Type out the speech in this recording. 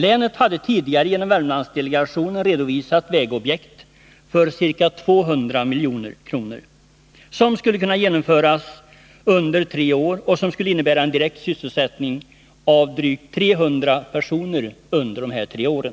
Länet hade tidigare genom Värmlandsdelegationen redovisat vägobjekt för ca 200 milj.kr. som skulle kunna genomföras under tre år och som skulle innebära en direkt sysselsättning för drygt 300 personer under dessa tre år.